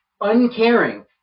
uncaring